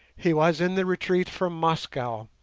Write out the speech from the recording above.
he was in the retreat from moscow,